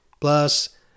Plus